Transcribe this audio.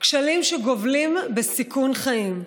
כשלים שגובלים בסיכון חיים.